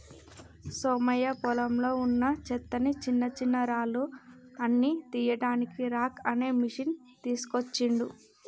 సోమయ్య పొలంలో వున్నా చెత్తని చిన్నచిన్నరాళ్లు అన్ని తీయడానికి రాక్ అనే మెషిన్ తీస్కోచిండు